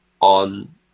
on